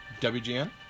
WGN